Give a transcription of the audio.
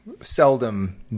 seldom